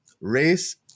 Race